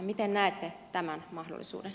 miten näette tämän mahdollisuuden